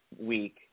week